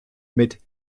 mit